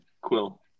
Quill